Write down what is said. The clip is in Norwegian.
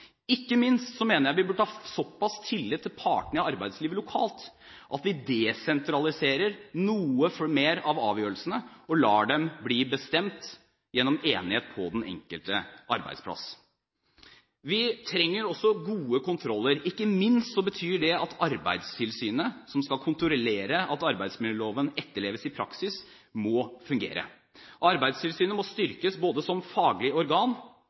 Ikke minst mener jeg vi burde ha såpass tillit til partene i arbeidslivet lokalt at vi desentraliserer noen flere av avgjørelsene og lar dem bli bestemt gjennom enighet på den enkelte arbeidsplass. Vi trenger også gode kontroller. Ikke minst betyr det at Arbeidstilsynet, som skal kontrollere at arbeidsmiljøloven etterleves i praksis, må fungere. Arbeidstilsynet må styrkes, både som faglig organ